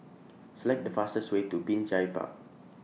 Select The fastest Way to Binjai Park